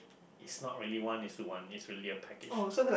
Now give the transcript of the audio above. is not really one is to one is really a package